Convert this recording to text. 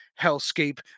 hellscape